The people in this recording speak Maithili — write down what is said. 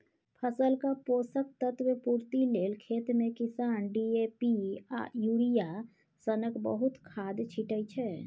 फसलक पोषक तत्व पुर्ति लेल खेतमे किसान डी.ए.पी आ युरिया सनक बहुत खाद छीटय छै